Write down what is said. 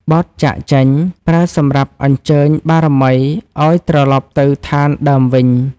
បទចាកចេញ ប្រើសម្រាប់អញ្ជើញបារមីឱ្យត្រឡប់ទៅឋានដើមវិញ។